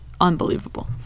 unbelievable